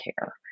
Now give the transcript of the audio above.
care